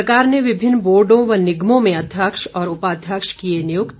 सरकार ने विभिन्न बोर्डो व निगमों में अध्यक्ष और उपाध्यक्ष किए नियुक्त